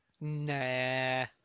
Nah